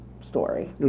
story